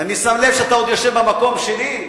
ואני שם לב שאתה עוד יושב במקום שלי,